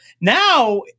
now